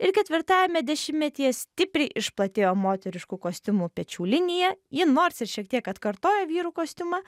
ir ketvirtajame dešimtmetyje stipriai išplatėjo moteriškų kostiumų pečių linija ji nors ir šiek tiek atkartoja vyrų kostiumą